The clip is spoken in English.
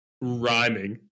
rhyming